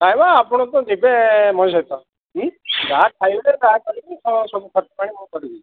ନାଇଁ ମ ଆପଣ ତ ଯିବେ ମୋ' ସହିତ ଯାହା ଖାଇବେ ଯାହା କରିବେ ସବୁ ଖର୍ଚ୍ଚ ପାଣି ମୁଁ କରିବି